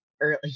early